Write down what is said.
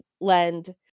lend